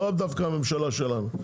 לאו דווקא הממשלה שלנו,